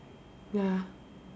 ya